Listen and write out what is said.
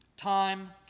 Time